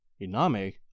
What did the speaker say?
Iname